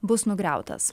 bus nugriautas